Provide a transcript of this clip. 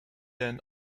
than